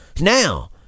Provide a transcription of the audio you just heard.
Now